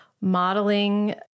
modeling